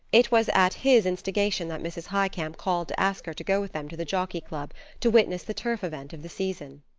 it was at his instigation that mrs. highcamp called to ask her to go with them to the jockey club to witness the turf event of the season.